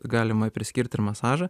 galima priskirt ir masažą